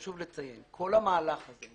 חשוב לציין שכל המהלך הזה,